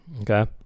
okay